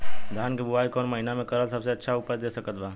धान के बुआई कौन महीना मे करल सबसे अच्छा उपज दे सकत बा?